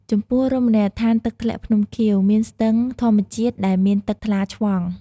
ចំពោះ រមណីយដ្ឋាន «ទឹកធ្លាក់ភ្នំខៀវ» មានស្ទឹងធម្មជាតិដែលមានទឹកថ្លាឆ្វង់ ។